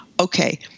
okay